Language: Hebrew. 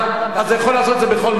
אז יכול לעשות את זה בכל מקום.